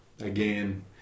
again